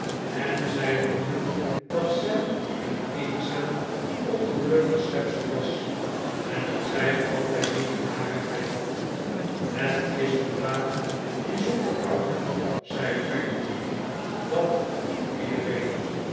en zei opnieuw dat zij een eenzaam ongelukkig schepsel was en dat zij altijd nieuwe narigheid had het is vandaag bijzonder koud zei peggotty dat voelt iedereen